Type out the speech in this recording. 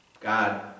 God